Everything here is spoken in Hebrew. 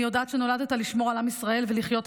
אני יודעת שנולדת לשמור על עם ישראל ולחיות עבורו.